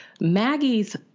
Maggie's